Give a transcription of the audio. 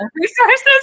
resources